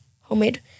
homemade